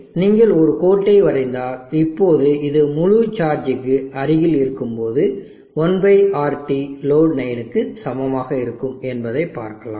எனவே நீங்கள் ஒரு கோட்டை வரைந்தால் இப்போது இது முழு சார்ஜிற்கு அருகில் இருக்கும்போது 1 RT லோடு லைனுக்கு சமமாக இருக்கும் என்பதை பார்க்கலாம்